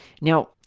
now